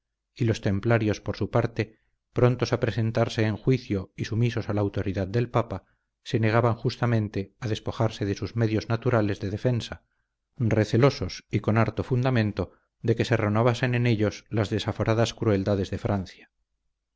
y los templarios por su parte prontos a presentarse en juicio y sumisos a la autoridad del papa se negaban justamente a despojarse de sus medios naturales de defensa recelosos y con harto fundamento de que se renovasen en ellos las desaforadas crueldades de francia